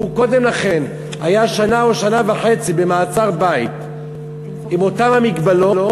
והוא קודם לכן היה שנה או שנה וחצי במעצר-בית עם אותן הגבלות?